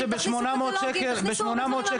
הוא אומר לך שב-800 שקל הוא מרוויח.